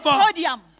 podium